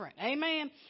Amen